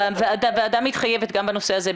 הוועדה מתחייבת גם בנושא הזה.